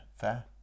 fair